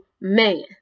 man